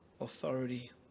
authority